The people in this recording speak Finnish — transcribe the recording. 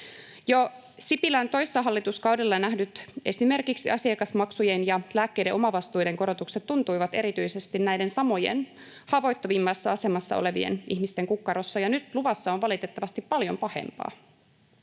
Sipilän toissa hallituskaudella nähdyt asiakasmaksujen ja lääkkeiden omavastuiden korotukset tuntuivat erityisesti näiden samojen, haavoittuvimmassa asemassa olevien ihmisten kukkarossa, ja nyt luvassa on valitettavasti paljon pahempaa.